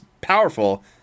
powerful